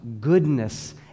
goodness